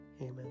Amen